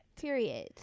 Period